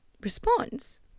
responds